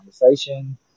conversation